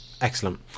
excellent